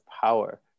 power